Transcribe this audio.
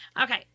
Okay